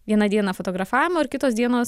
vieną dieną fotografavimo ir kitos dienos